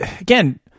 again